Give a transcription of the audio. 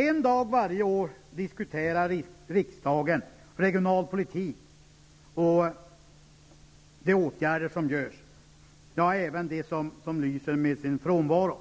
En dag varje år diskuterar riksdagen regionalpolitik och de insatser som görs -- ja, även de åtgärder som lyser med sin frånvaro.